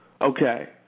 okay